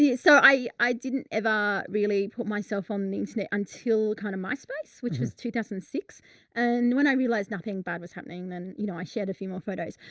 yeah so i, i didn't ever really put myself on the internet until kind of my space, which was two thousand and six and when i realized nothing bad was happening, then, you know, i shared a few more photos,